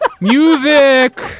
Music